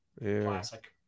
classic